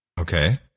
okay